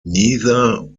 neither